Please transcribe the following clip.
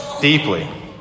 deeply